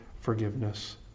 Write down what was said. forgiveness